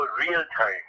real-time